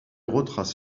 retrace